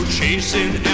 chasing